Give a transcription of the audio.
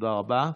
תודה רבה.